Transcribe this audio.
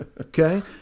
okay